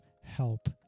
help